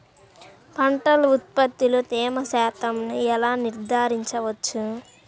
పంటల ఉత్పత్తిలో తేమ శాతంను ఎలా నిర్ధారించవచ్చు?